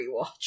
rewatch